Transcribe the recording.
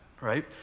Right